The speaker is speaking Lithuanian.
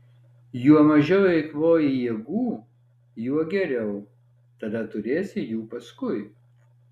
juo mažiau eikvoji jėgų juo geriau tada turėsi jų paskui